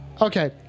okay